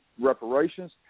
reparations